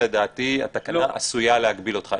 לדעתי התקנה עשויה להגביל אותך.